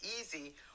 easy